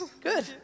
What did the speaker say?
Good